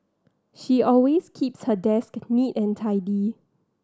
she always keeps her desk neat and tidy